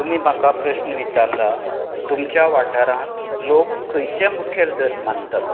तुमी म्हाका प्रस्न विचारला तुमच्या वाठारांत लोक खंयचे मुखेल धर्म मानतात